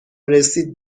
رسید